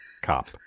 Cop